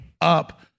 up